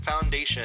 Foundation